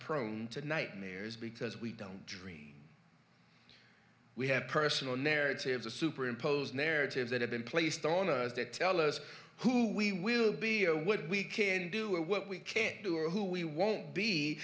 prone to nightmares because we don't dream we have personal narratives of super imposed narratives that have been placed on us to tell us who we will be oh what we can do or what we can't do or who we won't be